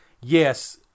yes